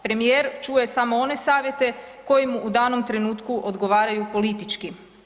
Premijer čuje samo one savjete koje mu u danom trenutku odgovaraju politički.